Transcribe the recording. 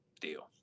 deal